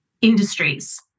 industries